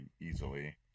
easily